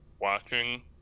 watching